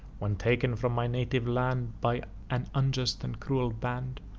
when taken from my native land, by an unjust and cruel band,